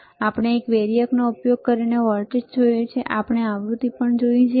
પછી આપણે વેરીએકનો ઉપયોગ કરીને વોલ્ટેજ જોયું છે અને આપણે આવૃતિ પણ જોઈ છે